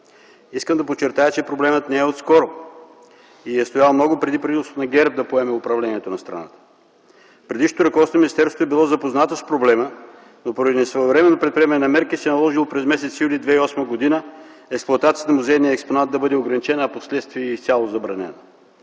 Искам да подчертая, че проблемът не е отскоро и е стоял много преди правителството на ГЕРБ да поеме управлението на страната. Предишното ръководство на министерството е било запознато с проблема, но поради несвоевременно предприемане на мерки се е наложило през м. юли 2008 г. експлоатацията на музейния експонат да бъде ограничена, а впоследствие – и изцяло забранена.